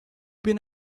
been